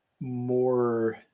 more